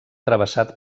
travessat